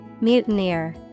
Mutineer